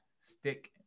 Stick